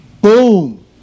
Boom